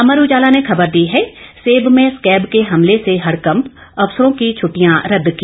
अमर उजाला ने खबर दी है सेब में स्कैब के हमले से हड़कंप अफसरों की छुटिटयां रद्द की